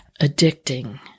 addicting